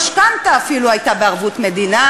--- משכנתה של 95%, אפילו, הייתה בערבות מדינה.